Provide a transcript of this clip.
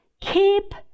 keep